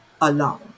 alone